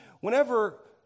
Whenever